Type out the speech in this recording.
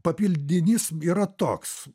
papildinys yra toks